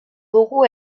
dugu